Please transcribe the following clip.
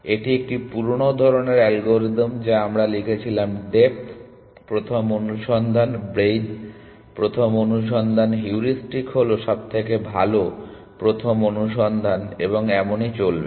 এটি একটি পুরানো ধরণের অ্যালগরিদম যা আমরা লিখেছিলাম ডেপ্থ প্রথম অনুসন্ধান ব্রেইথ প্রথম অনুসন্ধান হিউরিস্টিক হলো সবথেকে ভালো প্রথম অনুসন্ধান এবং এমনি চলবে